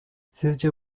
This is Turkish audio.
sizce